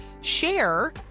share